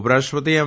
ઉપરાષ્ટ્રપતિ એમ